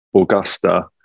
augusta